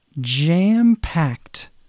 jam-packed